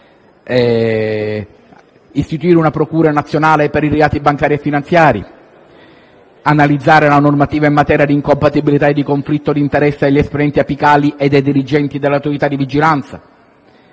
istituire una procura nazionale per i reati bancari e finanziari; analizzare la normativa in materia di incompatibilità e di conflitto di interesse degli esponenti apicali e dei dirigenti delle autorità di vigilanza;